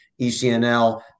ECNL